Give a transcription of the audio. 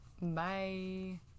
Bye